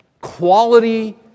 Quality